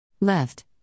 Left